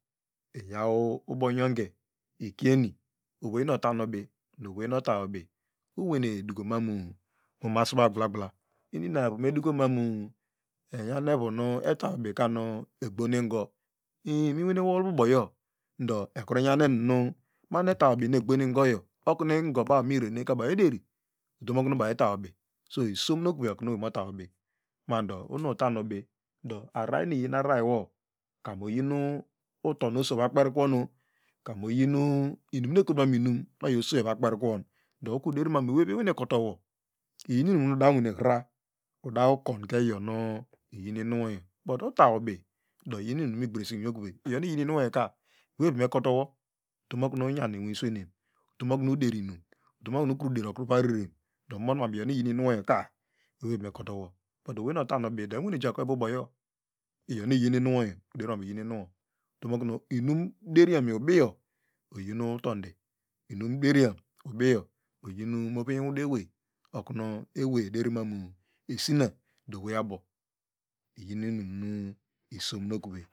Iyaw ubo nyonge ikieni owenu otan ubi nu owey nu otaubi uwene dukomanu mu mosba gblagbla inina evumedukomanu enyanerunueta ubi kani egbonuigo i- in inwane wol bu buyo do ekru nyan enu manu eta ubi nu egbo nu ingoyo ekunu ingobaw mirerehinka baw edori utomoknu baw eta ubi isomnokurey okun oway mota ubi mando ohonu utambi do ararar nu iyinu ararar no karu oyinu utonu oso ovakpenkwono komu oyine inum nu ekotuman inum oyioso ova kpenkwon do woka uderin man owayui vi onwane kotowo iyuinam nu udnwane ohra udaw konke iyonu iyinuwoyo but uta ubi do iyinu inunu igbresin inwi okuvey iyonu iyinu inuwo ka ewevivi mekotowo utomokun uyan inwi swenemen utomokumen uderinum utomoknu uderi okuva rerem do muonon iyo nu iyinuoka ewevivi mekotoho but owey nuotan ubido inwane jake buboyo iyonu iyinu yo utomokun inumdenam ubiyo oyin moveyen inwudu ewei okau eway ederoman esina do ewayiabo iyinuamu isomokuvey.